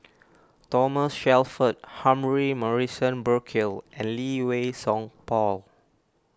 Thomas Shelford Humphrey Morrison Burkill and Lee Wei Song Paul